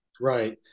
Right